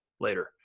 later